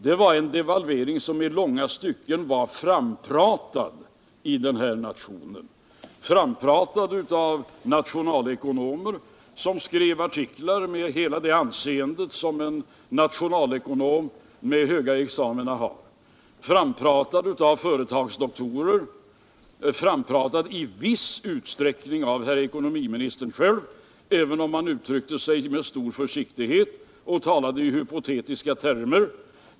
Det var en devalvering som i långa stycken var frampratad i denna nation, frampratad av nationalekonomer som skrev artiklar, med hela det anseende som en nationalekonom med höga examina har, och av företagsdoktorer. I viss utsträckning var den frampratad av herr ekonomiministern själv, även om han uttryckte sig med stor försiktighet och talade i hypotetiska termer.